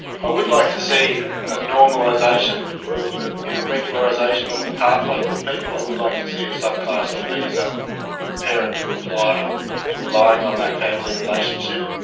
i would like to see a normalisation or a regularisation of the pathway for people. i would like to see a subclass of visa for a parent to apply apply relying on that family relationship.